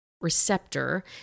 receptor